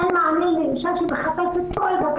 אין מענה לאישה שמחפשת קול.